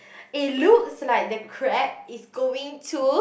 it looks like the crab is going to